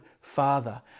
Father